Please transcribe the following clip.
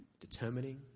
determining